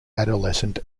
adolescent